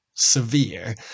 Severe